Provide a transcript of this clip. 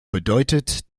bedeutet